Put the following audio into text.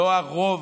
לא הרוב,